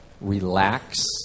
Relax